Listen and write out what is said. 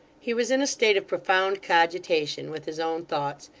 he was in a state of profound cogitation, with his own thoughts,